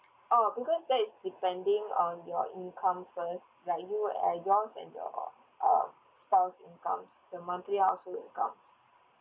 oh because that is depending on your income first like you and yours and your um spouse income the monthly household income